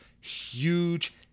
huge